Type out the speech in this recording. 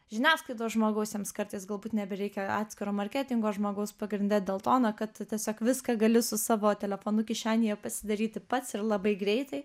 žiniasklaidos žmogus jiems kartais galbūt nebereikia atskiro marketingo žmogaus pagrinde dėl to na kad tiesiog viską gali su savo telefonu kišenėje pasidaryti pats ir labai greitai